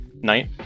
Knight